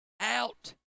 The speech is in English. out